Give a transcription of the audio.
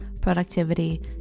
productivity